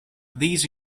these